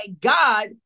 God